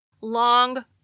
Long